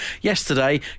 yesterday